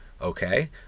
Okay